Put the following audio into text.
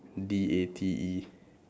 D A T E